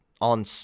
on